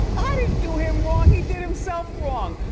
i didn't do him wrong, he did himself wrong.